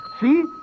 See